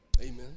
Amen